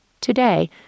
Today